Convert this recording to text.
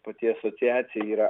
pati asociacija yra